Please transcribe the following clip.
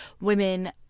women